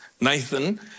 Nathan